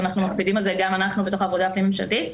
ואנחנו מקפידים על זה גם אנחנו בתוך העבודה הפנים ממשלתית.